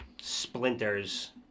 splinters